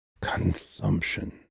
Consumption